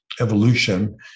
evolution